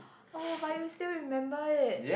oh buy you still remember it